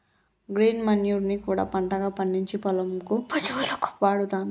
green manure ని కూడా పంటగా పండిచ్చి పొలం కు పశువులకు వాడుతాండ్లు